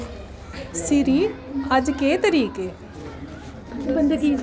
सिरी अज्ज केह् तरीक ऐ